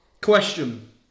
question